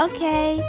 Okay